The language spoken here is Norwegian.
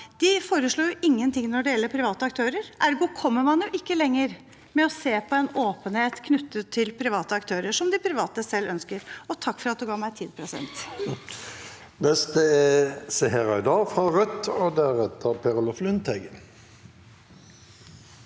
foreslår ingenting når det gjelder private aktører. Ergo kommer man ikke lenger med å se på en åpenhet knyttet til private aktører, noe de private selv ønsker. Seher Aydar